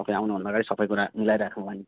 तपाईँ आउनु भन्दा अगाडि सबै कुरा मिलाइ राखौँला नि